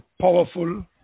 powerful